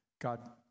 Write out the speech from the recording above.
God